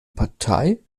partei